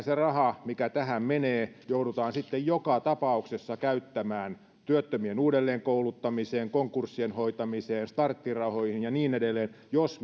se raha mikä tähän menee joudutaan sitten joka tapauksessa käyttämään työttömien uudelleenkouluttamiseen konkurssien hoitamiseen ja starttirahoihin ja niin edelleen jos